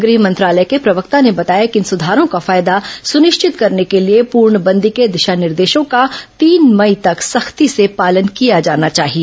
गृह मंत्रालय के प्रवक्ता ने बताया कि इन सुधारों का फायदा सुनिश्चित करने के लिए पूर्णबंदी के दिशा निर्देशों का तीन मई तक सख्ती से पालन किया जाना चाहिए